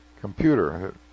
computer